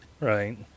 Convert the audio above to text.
right